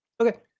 okay